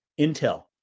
intel